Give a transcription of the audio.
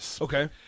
okay